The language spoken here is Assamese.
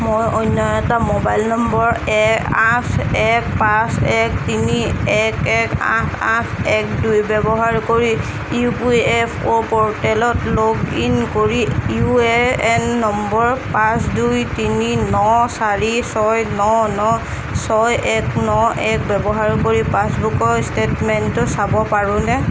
মই অন্য এটা মোবাইল নম্বৰ এ আঠ এক পাঁচ এক তিনি এক এক আঠ আঠ এক দুই ব্যৱহাৰ কৰি ই পি এফ অ' প'ৰ্টেলত লগ ইন কৰি ইউ এ এন নম্বৰ পাঁচ দুই তিনি ন চাৰি ছয় ন ন ছয় এক ন এক ব্যৱহাৰ কৰি পাছবুকৰ ষ্টেটমেণ্টটো চাব পাৰোঁনে